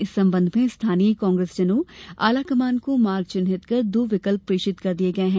इस संबंध में स्थानीय कांग्रेसजनों आलाकमान को मार्ग चिन्हित कर दो विकल्प प्रेषित कर दिये हैं